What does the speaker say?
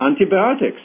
antibiotics